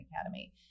academy